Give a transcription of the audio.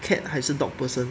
cat 还是 dog person